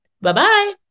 Bye-bye